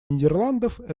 нидерландов